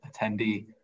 attendee